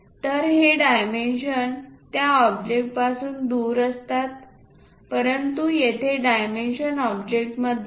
तर हे डायमेन्शन त्या ऑब्जेक्टपासून दूर असतात परंतु येथे डायमेन्शन ऑब्जेक्टमध्ये आहेत